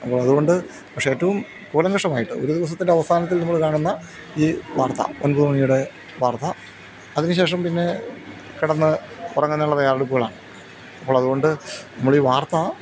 അപ്പോളതുകൊണ്ട് പക്ഷേ ഏറ്റവും കൂലങ്കഷമായിട്ട് ഒരു ദിവസത്തിൻ്റെ അവസാനത്തിൽ നമ്മൾ കാണുന്ന ഈ വാർത്ത ഒൻപതുമണിയുടെ വാർത്ത അതിനുശേഷം പിന്നെ കിടന്ന് ഉറങ്ങുന്നതിനുള്ള തയ്യാറെടുപ്പുകളാണ് അപ്പോളതുകൊണ്ട് നമ്മൾ ഈ വാർത്താ